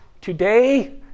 today